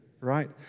right